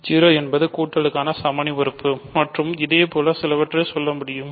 0 என்பது கூட்டலுக்கான சமணி உறுப்பு மற்றும் இதேபோல சிலவற்றைச் சொல்ல முடியும்